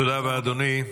תודה רבה, אדוני.